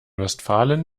westfalen